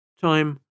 Time